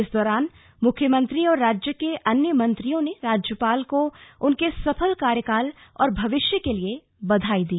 इस दौरान मुख्यमंत्री और राज्य के अन्य मंत्रियों ने राज्यपाल को उनके सफल कार्यकाल और भविष्य के लिए बधाई दी